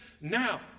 now